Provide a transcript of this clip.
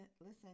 listen